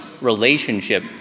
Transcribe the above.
relationship